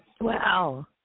Wow